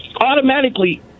automatically